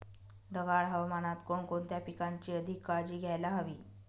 ढगाळ हवामानात कोणकोणत्या पिकांची अधिक काळजी घ्यायला हवी?